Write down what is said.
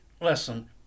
listen